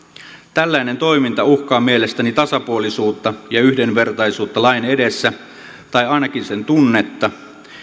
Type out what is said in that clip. tällainen toiminta uhkaa mielestäni tasapuolisuutta ja yhdenvertaisuutta lain edessä tai ainakin sen tunnetta